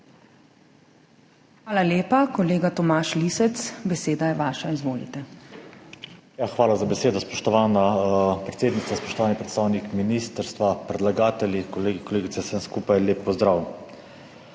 Hvala lepa. Kolega Tomaž Lisec, beseda je vaša. Izvolite. TOMAŽ LISEC (PS SDS): Hvala za besedo, spoštovana predsednica. Spoštovani predstavnik ministrstva, predlagatelji, kolegi, kolegice, vsem skupaj lep pozdrav!